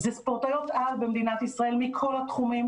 אלה ספורטאיות על במדינת ישראל מכל התחומים.